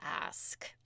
ask